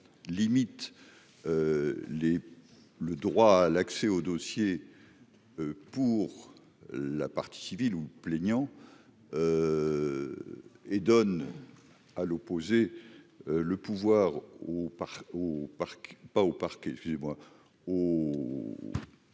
limite les le droit à l'accès au dossier pour la partie civile ou plaignants et donne à l'opposé, le pouvoir au Parc au Parc pas au Parc,